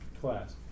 class